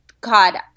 God